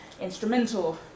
instrumental